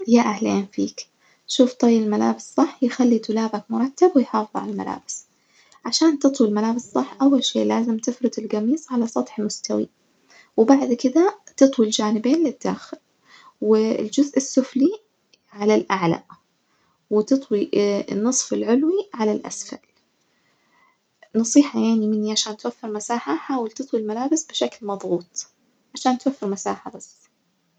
يا أهلين فيك شوف طي الملابس صح يخلي دولابك مرتب ويحافظ على الملابس، عشان تطوي الملابس صح أول شي لازم تفرد الجميص على سطح مستوي وبعد كدة تطوي الجانبين للداخل والجزء السفلي على الأعلى وتطوي النصف العلوي على الأسفل، نصيحة يعني مني عشان توفر مساحة حاول تطوي الملابس بشكل مضغوط، عشان توفر مساحة بس.